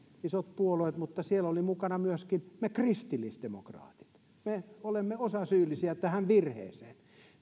isot puolueet mutta siellä olimme mukana myös me kristillisdemokraatit me olemme osasyyllisiä tähän virheeseen